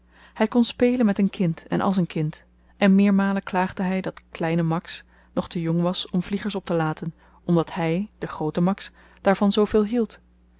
hy kon spelen met een kind en als een kind en meermalen klaagde hy dat kleine max nog te jong was om vliegers optelaten omdat hy de groote max daarvan zoveel hield